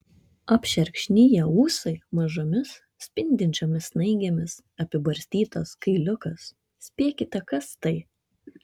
apšerkšniję ūsai mažomis spindinčiomis snaigėmis apibarstytas kailiukas spėkite kas tai